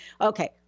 Okay